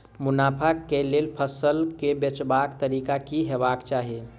मुनाफा केँ लेल फसल केँ बेचबाक तरीका की हेबाक चाहि?